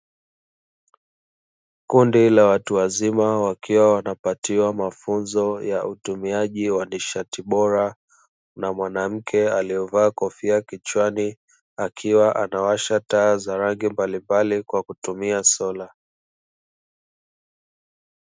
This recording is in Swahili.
Kundi la watu wazima wakiwa wanapatiwa mafunzo ya utumiaji wa nishati bora, na mwanamke aliyevaa kofia kichwani akiwa anawasha taa za rangi mbalimbali kwa kutumia Sola.